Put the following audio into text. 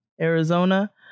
Arizona